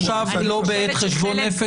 אני לא חושבת